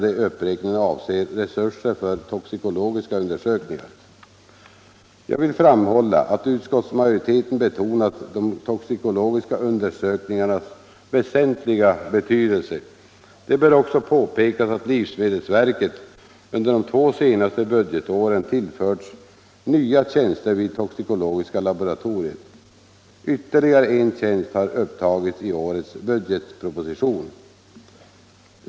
Jag vill framhålla att utskottsmajoriteten betonat de toxikologiska undersökningarnas väsentliga betydelse. Det bör också påpekas att livsmedelsverket under de två senaste budgetåren tillförts nya tjänster vid toxikologiska laboratoriet. Ytterligare en tjänst har upptagits i årets budgetproposition.